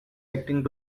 acting